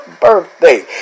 birthday